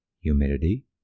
Humidity